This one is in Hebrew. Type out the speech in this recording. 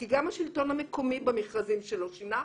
כי גם השלטון המקומי במכרזים שלו שינה.